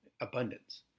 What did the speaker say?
abundance